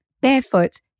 barefoot